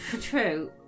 True